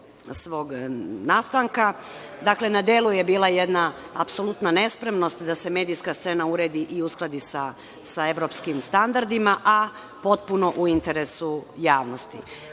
svog nastanka. Dakle, na delu je bila jedna apsolutna nespremnost da se medijska scena uredi i uskladi sa evropskim standardima, a potpuno u interesu javnosti. Podsetiću